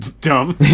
dumb